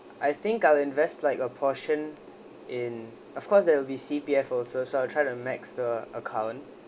I think I'll invest like a portion in of course there will be C_P_F also so I'll try to max the account